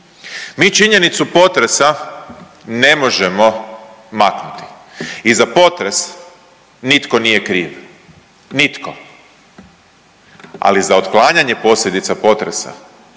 Mi činjenicu potresa ne možemo maknuti i za potres nitko nije kriv, nitko, ali za otklanjanje posljedica potresa,